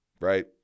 right